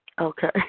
Okay